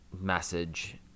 message